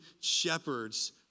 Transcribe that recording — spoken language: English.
shepherds